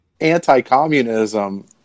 anti-communism